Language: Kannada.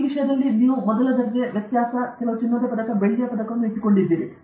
ಈ ವಿಷಯದಲ್ಲಿ ನೀವು ಮೊದಲ ದರ್ಜೆ ವ್ಯತ್ಯಾಸ ಕೆಲವು ಚಿನ್ನದ ಪದಕ ಬೆಳ್ಳಿಯ ಪದಕವನ್ನು ಇಟ್ಟುಕೊಂಡಿದ್ದೀರಿ